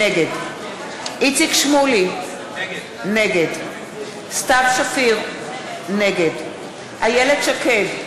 נגד איציק שמולי, נגד סתיו שפיר, נגד איילת שקד,